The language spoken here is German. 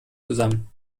zusammen